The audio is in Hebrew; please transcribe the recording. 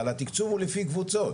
אבל התיקצוב הוא לפי קבוצות.